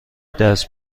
دست